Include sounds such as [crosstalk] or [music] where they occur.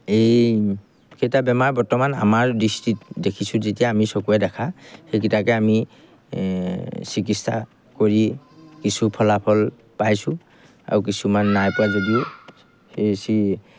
এইকেইটা বেমাৰ বৰ্তমান আমাৰ দৃষ্টিত দেখিছোঁ যেতিয়া আমি চকুৱে দেখা সেইকেইটাকে আমি চিকিৎসা কৰি কিছু ফলাফল পাইছোঁ আৰু কিছুমান নাই পোৱা যদিও সেই [unintelligible]